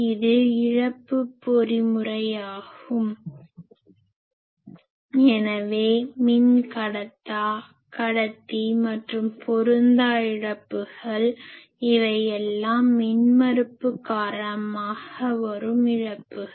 இது இழப்பு பொறிமுறையாகும் எனவே மின்கடத்தா கடத்தி மற்றும் பொருந்தா இழப்புகள் இவையெல்லாம் மின்மறுப்பு காரணமாக வரும் இழப்புகள்